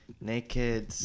naked